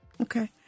Okay